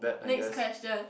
next question